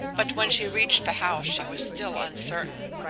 but when she reached the house she was still uncertain,